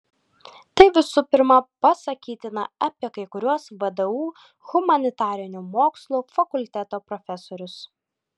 tai visų pirma pasakytina apie kai kuriuos vdu humanitarinių mokslų fakulteto profesorius